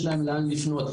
יש להם לאן לפנות.